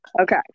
Okay